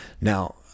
Now